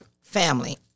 Family